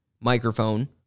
microphone